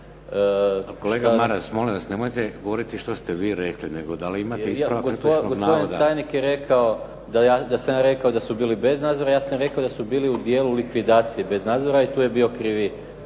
Kolega Maras, molim vas, nemojte govoriti što ste vi rekli, nego da li imate ispravak netočnog navoda. **Maras, Gordan (SDP)** Gospodin tajnik je rekao da sam ja rekao da su bili bez nadzora, ja sam rekao da su bili u dijelu likvidacije bez nadzora i tu je bio krivi